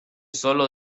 solo